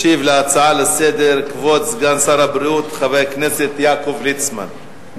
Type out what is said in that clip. ישיב על ההצעה לסדר-היום כבוד סגן שר הבריאות חבר הכנסת יעקב ליצמן.